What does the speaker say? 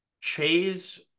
Chase